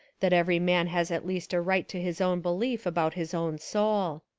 that every man has at least a right to his own belief about his own soul.